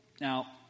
Now